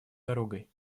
дорогой